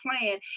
plan